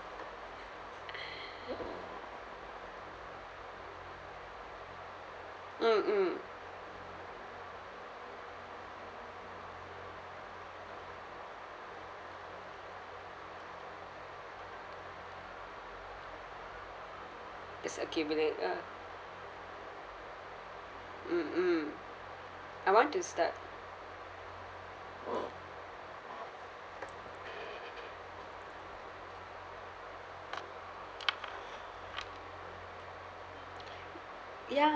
mm mm there's a ah mm mm I want to start